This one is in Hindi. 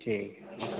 ठीक ओके